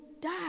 die